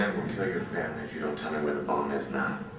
kill your family if you don't tell me where the bomb is now.